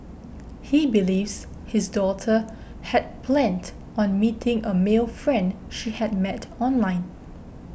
he believes his daughter had planned on meeting a male friend she had met online